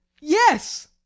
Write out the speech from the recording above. yes